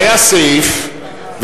שהיה סעיף,